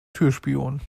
türspion